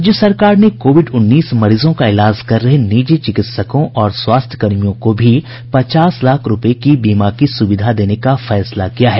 राज्य सरकार ने कोविड उन्नीस मरीजों का इलाज कर रहे निजी चिकित्सकों और स्वास्थ्य कर्मियों को भी पचास लाख रूपये की बीमा की सुविधा देने का फैसला किया है